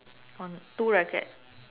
on two racket